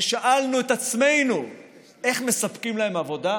ושאלנו את עצמנו איך מספקים להם עבודה?